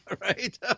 Right